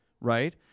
right